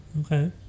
Okay